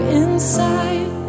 inside